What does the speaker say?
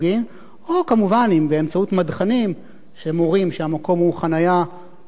או כמובן באמצעות מדחנים שמורים שהמקום הוא חנייה בתשלום,